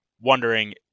wondering